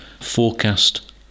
forecast